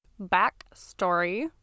Backstory